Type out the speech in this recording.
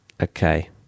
okay